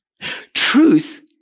Truth